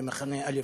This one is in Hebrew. במחנה א',